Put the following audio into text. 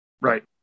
Right